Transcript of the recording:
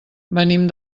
venim